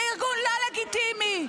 זה ארגון לא לגיטימי,